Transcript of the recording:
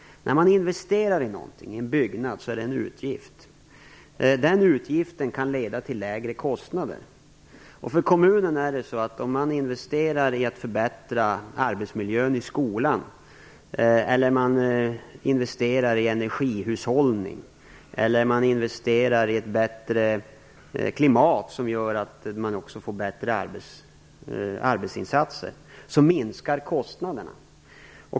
När man investerar t.ex. i en byggnad är det fråga om en utgift. Den utgiften kan leda till lägre kostnader. För kommunen är det så att om man investerar i en förbättrad arbetsmiljö i skolan, i energihushållning eller i åtgärder för ett bättre klimat som gör att det blir bättre arbetsinsatser, så minskar kostnaderna.